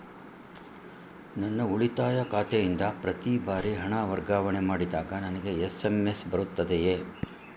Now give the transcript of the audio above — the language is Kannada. ನನ್ನ ಉಳಿತಾಯ ಖಾತೆಯಿಂದ ಪ್ರತಿ ಬಾರಿ ಹಣ ವರ್ಗಾವಣೆ ಮಾಡಿದಾಗ ನನಗೆ ಎಸ್.ಎಂ.ಎಸ್ ಬರುತ್ತದೆಯೇ?